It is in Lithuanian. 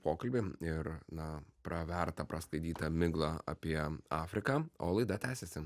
pokalbį ir na pravertą prasklaidytą miglą apie afriką o laida tęsiasi